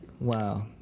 Wow